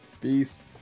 Peace